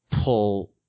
pull